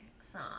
song